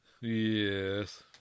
Yes